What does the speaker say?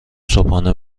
صبحانه